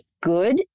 good